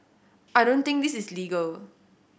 I don't think this is legal